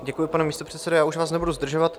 Děkuji, pane místopředsedo, já už vás nebudu zdržovat.